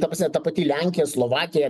ta prasme ta pati lenkija slovakija